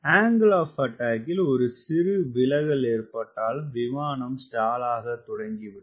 angle of அட்டாக்கில் ஒரு சிறு விலகல் ஏற்பட்டாலும் விமானம் ஸ்டாலாகத் துவங்கிவிடும்